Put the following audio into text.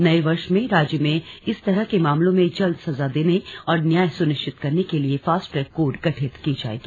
नये वर्ष में राज्य में इस तरह के मामलों में जल्द सजा देने और न्याय सुनिश्चित करने के लिए फास्ट ट्रैक कोर्ट गठित की जाएगी